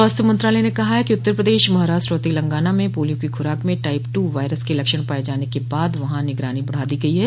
स्वास्थ्य मंत्रालय ने कहा है कि उत्तर प्रदेश महाराष्ट्र और तेलंगाना म पोलियो की खुराक में टाइप टू वायरस के लक्षण पाये जाने के बाद वहां निगरानी बढ़ा दी गई है